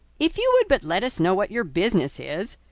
if you would but let us know what your business is,